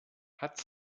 hat